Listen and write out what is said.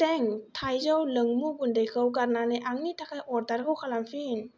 तें थाइजौ लोंमु गुन्दैखौ गारनानै आंनि थांखाय अर्डारखौ खालामफिन